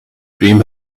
dream